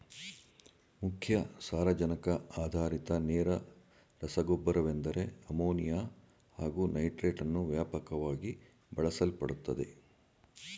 ಮುಖ್ಯ ಸಾರಜನಕ ಆಧಾರಿತ ನೇರ ರಸಗೊಬ್ಬರವೆಂದರೆ ಅಮೋನಿಯಾ ಹಾಗು ನೈಟ್ರೇಟನ್ನು ವ್ಯಾಪಕವಾಗಿ ಬಳಸಲ್ಪಡುತ್ತದೆ